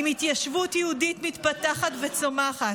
עם התיישבות יהודית מתפתחת וצומחת.